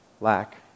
lack